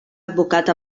advocat